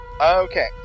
Okay